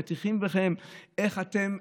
איך אתם,